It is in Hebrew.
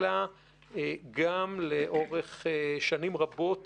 אלא גם לאורך שנים רבות